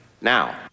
now